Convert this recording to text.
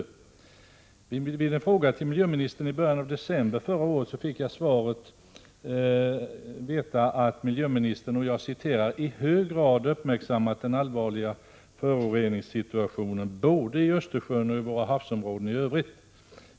När jag ställde en fråga till miljöministern i början av december förra året fick jag veta att miljöministern ”i hög grad uppmärksammat den allvarliga föroreningssituationen både i Östersjön och i våra havsområden i övrigt.